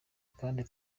kandi